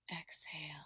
Exhale